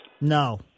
No